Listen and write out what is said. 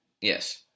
Yes